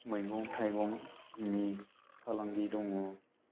मैगं थाइगंनि फालांगि दं